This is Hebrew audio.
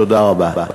תודה רבה.